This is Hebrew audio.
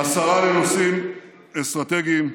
השרה לנושאים אסטרטגיים,